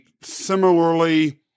similarly